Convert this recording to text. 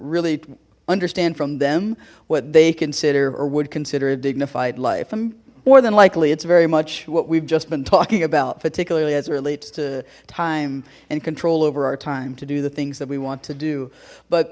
really understand from them what they consider or would consider a dignified life and more than likely it's very much what we've just been talking about particularly as it relates to time and control over our time to do the things that we want to do but